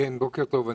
בוקר טוב.